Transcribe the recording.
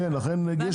כן, יש כבר מכתב.